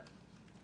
לא.